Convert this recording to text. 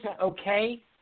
okay